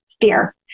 fear